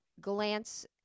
glance